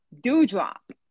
Dewdrop